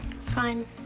Fine